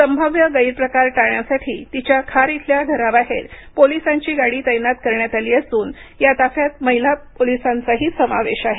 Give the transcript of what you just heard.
संभाव्य गैरप्रकार टाळण्यासाठी तिच्या खार इथल्या घराबाहेर पोलिसांची गाडी तैनात करण्यात आली असन या ताफ्यात महिला पोलिसांचाही समावेश आहे